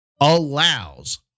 allows